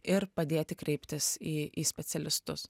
ir padėti kreiptis į į specialistus